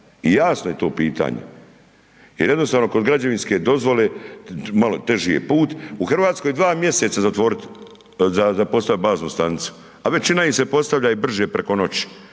jasno je to pitanje jer jednostavno kod građevinske dozvole malo teži je put, u RH dva mjeseca za postavit baznu stanicu, a većina ih se postavlja i brže preko noći